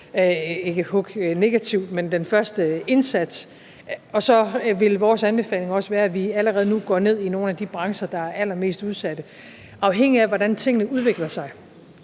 fokus på likviditet den første indsats, og så vil vores anbefaling også være, at vi allerede nu ser på nogle af de brancher, der er allermest udsatte. Afhængig af hvordan tingene udvikler sig,